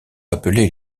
appelés